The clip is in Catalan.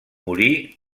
morir